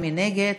מי נגד?